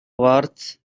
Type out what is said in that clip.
worth